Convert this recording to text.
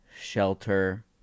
shelter